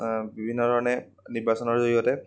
বিভিন্ন ধৰণে নিৰ্বাচনৰ জৰিয়তে